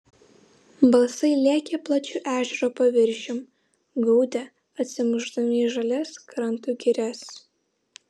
balsai lėkė plačiu ežero paviršium gaudė atsimušdami į žalias krantų girias